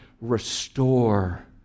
restore